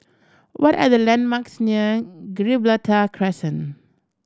what are the landmarks near Gibraltar Crescent